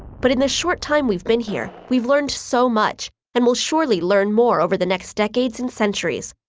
but in the short time we've been here, we've learned so much and will surely learn more over the next decades and centuries,